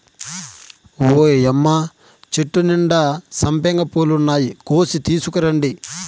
ఓయ్యమ్మ చెట్టు నిండా సంపెంగ పూలున్నాయి, కోసి తీసుకురండి